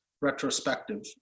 retrospective